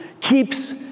keeps